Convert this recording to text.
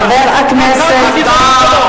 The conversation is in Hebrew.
חבר הכנסת בן-ארי.